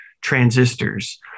transistors